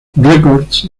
records